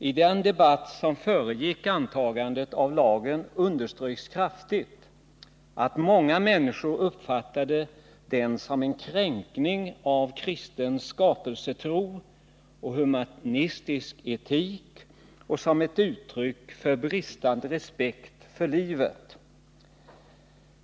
I den debatt som föregick antagandet av lagen underströks kraftigt att många människor uppfattade den som en kränkning av kristen skapelsetro och humanistisk etik och som ett uttryck för bristande respekt för livet.